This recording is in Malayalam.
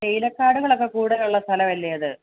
തേയില കാടുകൾ ഒക്കെ കൂടുതൽ ഉള്ള സ്ഥലം അല്ലേ അത്